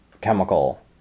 chemical